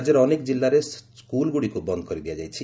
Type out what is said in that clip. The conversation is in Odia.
ରାଜ୍ୟର ଅନେକ ଜିଲ୍ଲାରେ ସ୍କୁଲ୍ଗୁଡ଼ିକୁ ବନ୍ଦ୍ କରିଦିଆଯାଇଛି